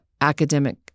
academic